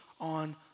on